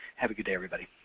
have a good day, everybody.